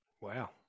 Wow